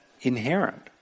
inherent